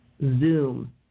Zoom